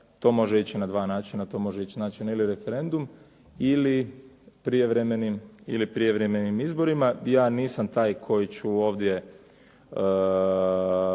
to može ići na dva načina. To može ići znači ili referendum ili prijevremenim izborima. Ja nisam taj koji ću ovdje